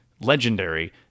legendary